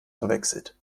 verwechselt